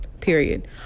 period